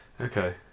Okay